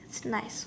like